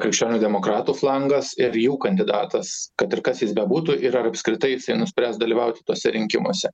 krikščionių demokratų flangas ir jų kandidatas kad ir kas jis bebūtų ir ar apskritai jisai nuspręs dalyvauti tuose rinkimuose